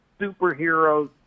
superheroes